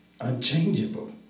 unchangeable